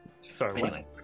Sorry